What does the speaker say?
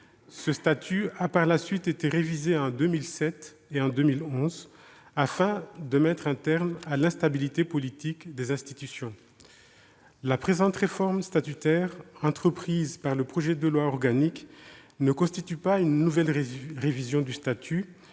Ce statut a par la suite été révisé en 2007 et en 2011, afin de mettre un terme à l'instabilité politique des institutions. La présente réforme statutaire, entreprise par le projet de loi organique, ne constitue pas une nouvelle révision du statut.